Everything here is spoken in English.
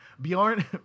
Bjorn